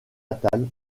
natale